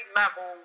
level